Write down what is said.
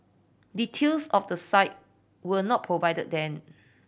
details of the site were not provided then